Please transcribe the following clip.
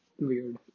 weird